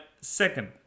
Second